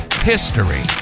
history